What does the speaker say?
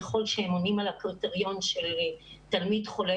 ככל שהם עונים על הקריטריון של תלמיד חולה